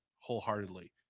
wholeheartedly